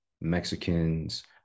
mexicans